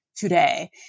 today